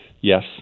Yes